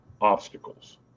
obstacles